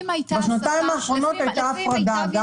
בשנתיים האחרונות הייתה הפרדה.